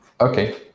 Okay